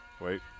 wait